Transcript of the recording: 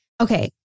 Okay